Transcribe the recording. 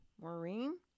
Maureen